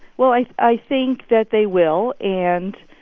well, i i think that they will. and,